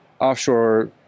Offshore